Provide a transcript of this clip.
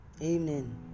evening